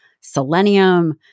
selenium